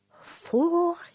Four